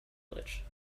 village